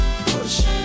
push